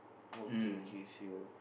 okay okay see her